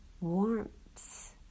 warmth